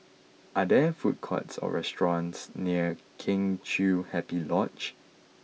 are there food courts or restaurants near Kheng Chiu Happy Lodge